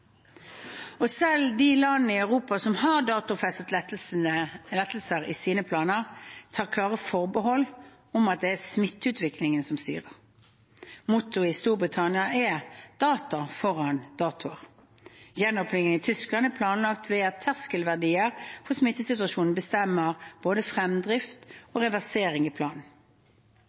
Selv de landene i Europa som har datofestet lettelser i sine planer, tar klare forbehold om at det er smitteutviklingen som styrer. Mottoet i Storbritannia er data foran datoer. Gjenåpningen i Tyskland er planlagt ved at terskelverdier for smittesituasjonen bestemmer både fremdrift og reversering i